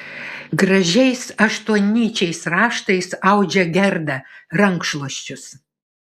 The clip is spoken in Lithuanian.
gražiais aštuonnyčiais raštais audžia gerda rankšluosčius